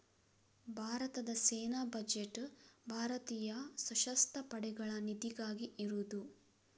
ಭಾರತದ ಸೇನಾ ಬಜೆಟ್ ಭಾರತೀಯ ಸಶಸ್ತ್ರ ಪಡೆಗಳ ನಿಧಿಗಾಗಿ ಇರುದು